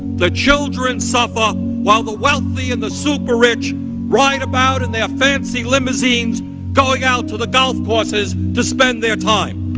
the children suffer while the wealthy and the super rich ride about in their fancy limousines going out to the golf courses to spend their time.